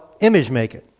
image-making